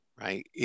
right